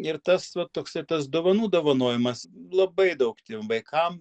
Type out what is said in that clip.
ir tas va toksai tas dovanų dovanojimas labai daug tiem vaikam